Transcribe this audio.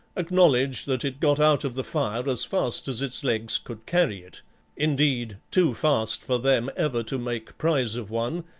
acknowledge that it got out of the fire as fast as its legs could carry it indeed, too fast for them ever to make prize of one,